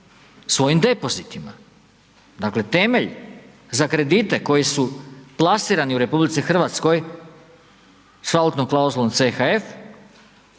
svojim depozitima, dakle temelj za kredite koji su plasirani u RH s valutnom klauzulom CHF